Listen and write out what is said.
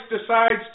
decides